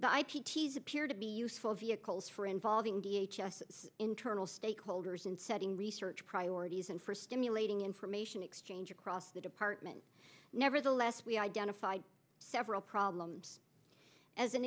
i teach these appear to be useful vehicles for involving d h s s internal stakeholders in setting research priorities and for stimulating information exchange across the department nevertheless we identified several problems as an